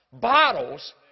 bottles